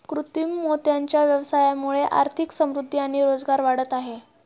कृत्रिम मोत्यांच्या व्यवसायामुळे आर्थिक समृद्धि आणि रोजगार वाढत आहे